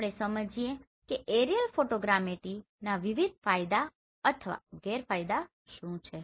આપણે સમજીએ કે એરિયલ ફોટોગ્રામેટ્રીના વિવિધ ફાયદા અથવા ગેરફાયદા શું છે